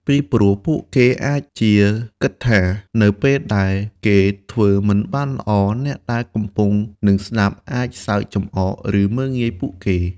ពីព្រោះពួកគេអាចជាគិតថា នៅពេលដែលគេធ្វើមិនបានល្អអ្នកដែលកំពុងនឹងស្តាប់អាចសើចចំអក ឬមើលងាយពួកគេ។